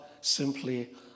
simply